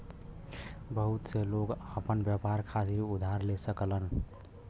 बहुत से लोग आपन व्यापार खातिर उधार ले सकलन